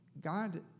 God